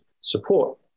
support